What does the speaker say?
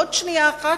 עוד רגע,